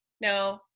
no